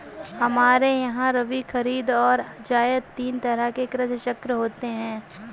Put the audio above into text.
हमारे यहां रबी, खरीद और जायद तीन तरह के कृषि चक्र होते हैं